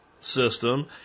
system